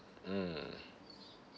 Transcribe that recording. mmhmm